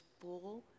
full